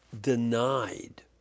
denied